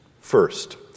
First